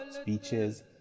speeches